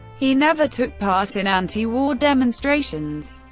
he never took part in anti-war demonstrations,